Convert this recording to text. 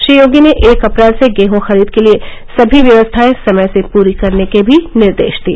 श्री योगी ने एक अप्रैल से गेह खरीद के लिए सभी व्यवस्थाएं समय से पूरी करने के भी निर्देश दिए